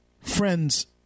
Friends